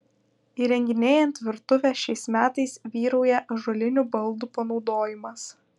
įrenginėjant virtuvę šiais metais vyrauja ąžuolinių baldų panaudojimas